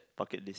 bucket list